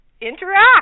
interact